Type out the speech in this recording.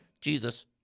Jesus